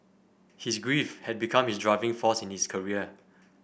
his grief had become his driving force in his career